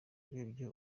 urebye